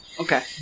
Okay